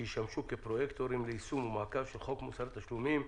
שישמשו כפרויקטורים ליישום ומעקב של חוק מוסר התשלומים.